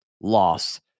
loss